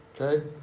Okay